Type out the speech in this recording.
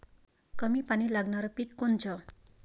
कमी पानी लागनारं पिक कोनचं?